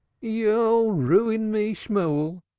you'll ruin me, shemuel!